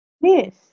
Yes